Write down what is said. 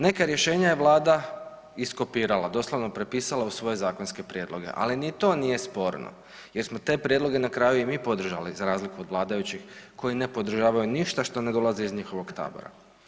Neka rješenja je Vlada iskopirala, doslovno prepisala u svoje zakonske prijedloge, ali ni to nije sporno jer smo te prijedloge na kraju i mi podržali za razliku od vladajućih koji ne podržavaju ništa što ne dolazi iz njihovog tabora.